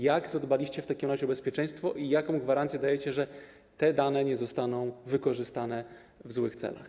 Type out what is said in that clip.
Jak zadbaliście w takim razie o bezpieczeństwo i jaką gwarancję dajecie, że te dane nie zostaną wykorzystane w złych celach?